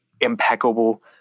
impeccable